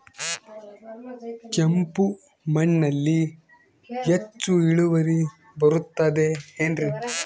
ಕೆಂಪು ಮಣ್ಣಲ್ಲಿ ಹೆಚ್ಚು ಇಳುವರಿ ಬರುತ್ತದೆ ಏನ್ರಿ?